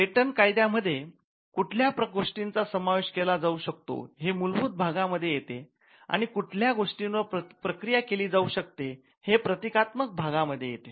patent कायद्या मध्ये कुठल्या गोष्टींचा समावेश केला जाऊ शकतो हे मूलभूत भागा मध्ये येते आणि कुठल्या गोष्टींवर प्रक्रिया केली जाऊ शकते हे प्रक्रियात्मक भाग मध्ये येते